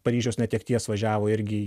paryžiaus netekties važiavo irgi